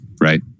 right